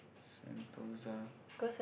Sentosa